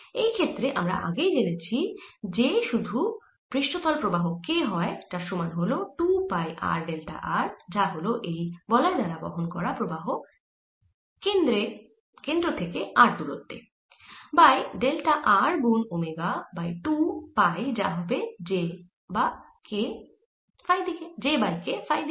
এই ক্ষেত্রে আমরা আগেই জেনেছি J শুধু পৃষ্ঠতল প্রবাহ k হয় যার সমান হল 2 পাই r ডেল্টা r যা হল এই বলয় দ্বারা বহন করা প্রবাহ কেন্দ্রে থেকে r দূরত্বে বাই ডেল্টা r গুন ওমেগা বাই 2 পাই যা হবে J বা k ফাই দিকে